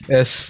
Yes